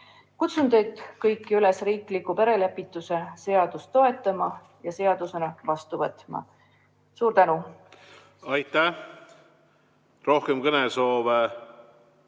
Kutsun teid kõiki üles riiklikku perelepituseseadust toetama ja seadusena vastu võtma. Suur tänu! Aitäh! Rohkem kõnesoove